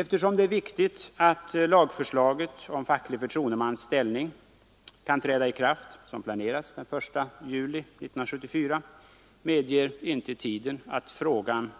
Eftersom det är viktigt att förslaget till lag om facklig förtroendemans ställning kan träda i kraft den 1 juli 1974 som planeras, medger inte tiden att frågan